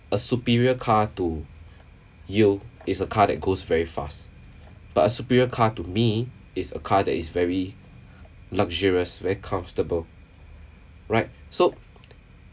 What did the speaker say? a superior car to you is a car that goes very fast but a superior car to me is a car that is very luxurious very comfortable right so